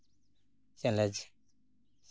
challenge